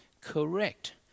correct